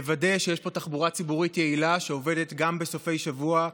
לוודא שיש פה תחבורה ציבורית יעילה שעובדת גם בסופי שבוע,